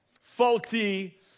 Faulty